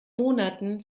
monaten